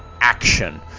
action